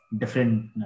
different